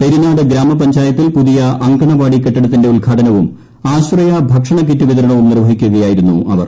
പെരിനാട് ഗ്രാമപഞ്ചായത്തിൽ പുതിയ അങ്കണവാടി കെട്ടിടത്തിന്റെ ഉദ്ഘാടനവും ആശ്രയ ഭക്ഷണ കിറ്റ് വിതരണവും നിർവഹിക്കുകയായിരുന്നു അവർ